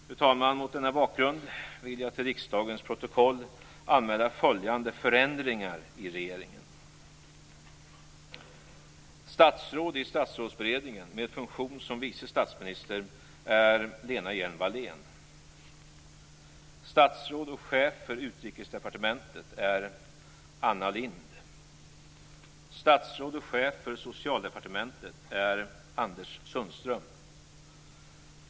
Fru talman! Mot denna bakgrund vill jag till riksdagens protokoll anmäla följande förändringar i regeringen: Statsråd i Statsrådsberedningen med funktion som vice statsminister är Lena Hjelm-Wallén. Statsråd och chef för Utrikesdepartementet är Anna Lindh.